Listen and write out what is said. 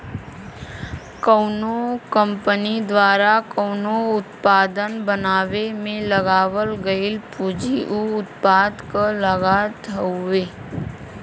कउनो कंपनी द्वारा कउनो उत्पाद बनावे में लगावल गयल पूंजी उ उत्पाद क लागत हउवे